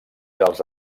dels